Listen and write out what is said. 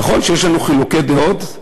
נכון שיש לנו חילוקי דעות.